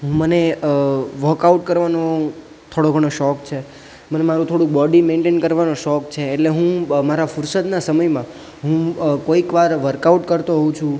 મને વોકઆઉટ કરવાનો થોડો ઘણો શોખ છે મને મારું થોડું બોડી મેન્ટેન કરવાનો શોખ છે એટલે હું મારા ફુરસદના સમયમાં હું કોઈક વાર વર્કઆઉટ કરતો હોઉં છું